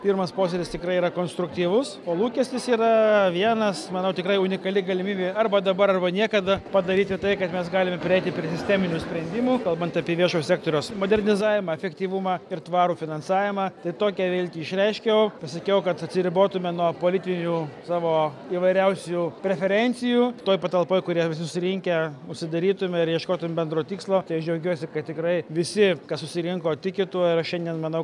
pirmas posėdis tikrai yra konstruktyvus o lūkestis yra vienas manau tikrai unikali galimybė arba dabar arba niekada padaryti tai kad mes galime prieiti prie sisteminių sprendimų kalbant apie viešojo sektoriaus modernizavimą efektyvumą ir tvarų finansavimą tai tokią viltį išreiškiau pasakiau kad atsiribotume nuo politinių savo įvairiausių preferencijų toj patalpoj kuria visi susirinkę užsidarytume ir ieškotum bendro tikslo tai aš džiaugiuosi kad tikrai visi kas susirinko tiki tuo ir aš šiandien manau